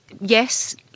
Yes